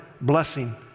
blessing